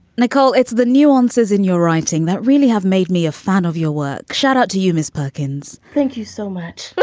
nicole, it's the nuances in your writing that really have made me a fan of your work. shout out to you, miss perkins thank you so much. but